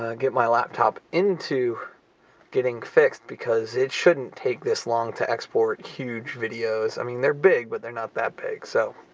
ah get my laptop into getting fixed because it shouldn't take this long to export huge videos. i mean, they're big, but they're not that big. so,